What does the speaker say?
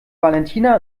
valentina